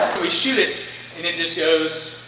we shoot it, and it just goes.